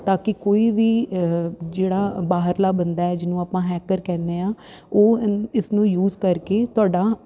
ਤਾਂ ਕਿ ਕੋਈ ਵੀ ਜਿਹੜਾ ਬਾਹਰਲਾ ਬੰਦਾ ਜਿਹਨੂੰ ਆਪਾਂ ਹੈਕਰ ਕਹਿੰਦੇ ਹਾਂ ਉਹ ਇਸ ਨੂੰ ਯੂਜ ਕਰਕੇ ਤੁਹਾਡਾ